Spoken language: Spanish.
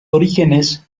orígenes